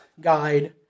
guide